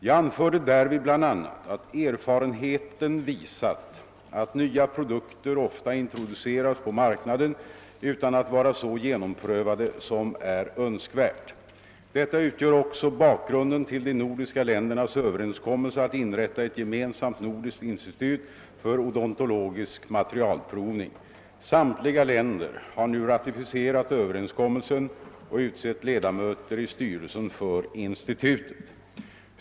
Jag anförde därvid bl.a. att erfarenheten visat, att nya produkter ofta introduceras på marknaden utan att vara så genomprövade som är önskvärt. Detta utgör också bakgrunden till de nordiska ländernas överenskommelse att inrätta ett gemensamt nordiskt institut för odontologisk materialprovning. Samtliga länder har nu ratificerat överenskommelsen och utsett ledamöter i styrelsen för institutet.